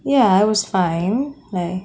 ya I was fine